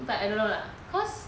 but I don't know lah cause